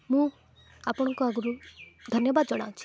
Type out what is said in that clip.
ମୁଁ ଆପଣଙ୍କୁ ଆଗରୁ ଧନ୍ୟବାଦ ଜଣାଉଛି